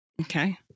Okay